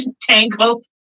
tangled